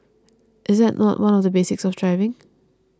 is that not one of the basics of driving